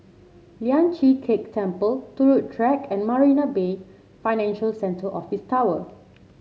Lian Chee Kek Temple Turut Track and Marina Bay Financial Centre Office Tower